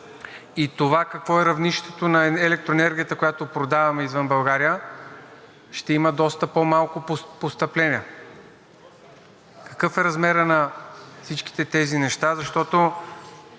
и това какво е равнището на електроенергията, която продаваме извън България, ще има доста по-малко постъпления. Какъв е размерът на всичките тези неща?